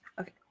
Okay